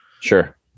Sure